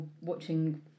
watching